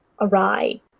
awry